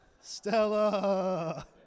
Stella